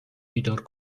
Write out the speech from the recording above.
بیدار